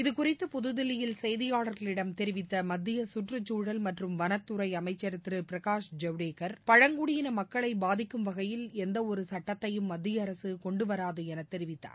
இதுகுறித்து புதுதில்லியில் செய்தியாளர்களிடம் தெரிவித்த மத்திய சுற்று சூழல் வனத்துறை அமைச்ச் திரு பிரகாஷ் ஜவ்டேகர் பழங்குடியின மக்களை பாதிக்கும் வகையில் எந்தவொரு சுட்டத்தையும் மத்திய அரசு கொண்டுவராது எனத் தெரிவித்தார்